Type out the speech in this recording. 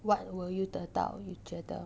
what will you 得到 you 觉得